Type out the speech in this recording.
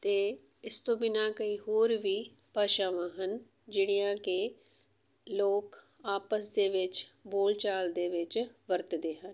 ਅਤੇ ਇਸ ਤੋਂ ਬਿਨਾਂ ਕਈ ਹੋਰ ਵੀ ਭਾਸ਼ਾਵਾਂ ਹਨ ਜਿਹੜੀਆਂ ਕਿ ਲੋਕ ਆਪਸ ਦੇ ਵਿੱਚ ਬੋਲਚਾਲ ਦੇ ਵਿੱਚ ਵਰਤਦੇ ਹਨ